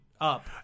up